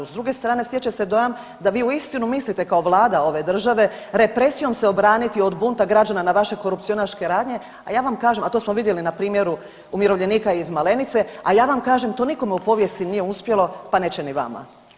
S druge strane stječe se dojam da vi uistinu mislite kao Vlada ove države represijom se obraniti od bunta građana na vaše korupcionaške radnje, a ja vam kažem, a to smo vidjeli na primjeru umirovljenika iz Malenice, a ja vam kažem to nikome u povijesti nije uspjelo pa neće ni vama.